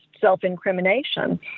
self-incrimination